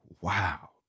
wow